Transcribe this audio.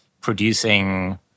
producing